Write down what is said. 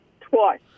Twice